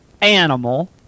animal